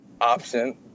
option